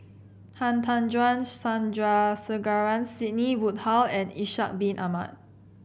Han Tan Juan Sandrasegaran Sidney Woodhull and Ishak Bin Ahmad